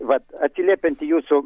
vat atsiliepiant į jūsų